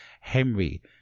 Henry